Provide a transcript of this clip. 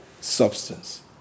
substance